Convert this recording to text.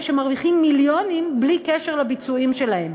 שמרוויחים מיליונים בלי קשר לביצועים שלהם.